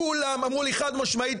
כולם אמרו לי חד משמעית,